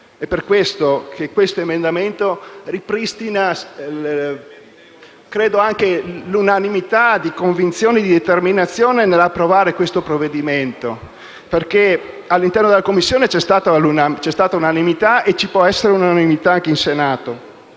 È per tale ragione che questo emendamento ripristina, credo, anche l'unanimità di convinzione e di determinazione nell'approvare questo provvedimento. All'interno della Commissione c'è stata unanimità e ci può essere unanimità anche in Senato.